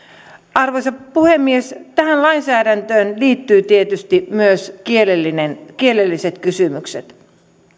arvoisa puhemies tähän lainsäädäntöön liittyvät tietysti myös kielelliset kysymykset